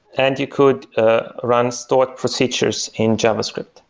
and you could ah run stored procedures in javascript.